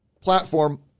platform